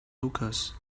hookahs